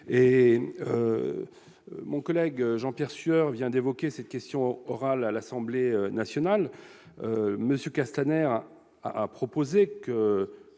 Mon collègue Jean-Pierre Sueur vient d'évoquer la question orale posée à l'Assemblée nationale